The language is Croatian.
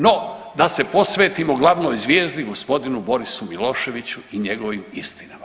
No, da se posvetimo glavnoj zvijezdi gospodinu Borisu Miloševiću i njegovim istinama.